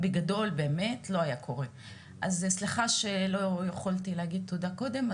אז סליחה שלא יכולתי להגיד תודה קודם,